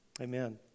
Amen